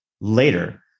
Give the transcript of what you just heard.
later